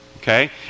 Okay